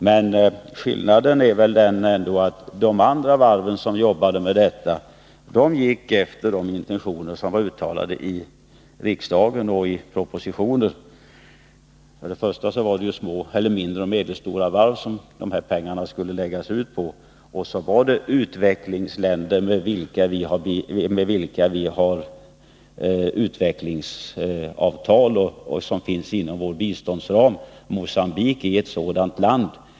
Men skillnaden är väl att de andra varven som arbetade med detta utgick från de intentioner som uttalats här i riksdagen och i propositioner. För det första skulle ju beställningarna läggas ut på mindre och medelstora varv. För det andra skulle det gälla länder med vilka vi har utvecklingsavtal, alltså länder som finns upptagna inom vår biståndsram. Mogambique är ett sådant land.